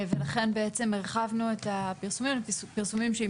ולכן בעצם הרחבנו את הפרסומים לפרסומים שאם